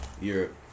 Europe